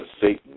Satan